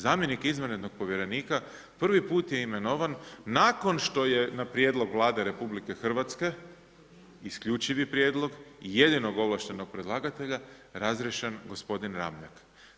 Zamjenik izvanrednog povjerenika prvi put je imenovan nakon što je na prijedlog Vlade RH, isključivi prijedlog, jedinog ovlaštenog predlagatelja, razriješen gospodin Ramljak.